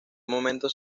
momento